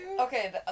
okay